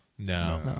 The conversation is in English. No